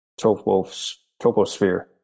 troposphere